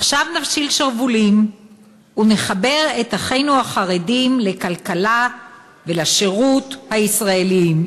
עכשיו נפשיל שרוולים ונחבר את אחינו החרדים לכלכלה ולשירות הישראליים.